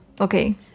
Okay